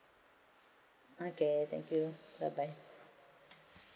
okay thank you bye bye